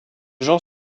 genre